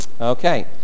Okay